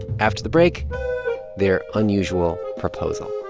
after the break their unusual proposal